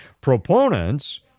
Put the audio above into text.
proponents